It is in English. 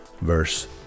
verse